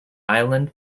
island